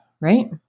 right